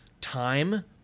time